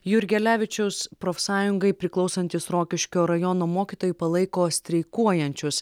jurgelevičiaus profsąjungai priklausantys rokiškio rajono mokytojai palaiko streikuojančius